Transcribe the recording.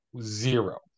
zero